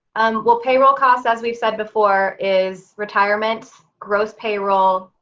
um well, payroll costs, as we've said before, is retirement gross payroll,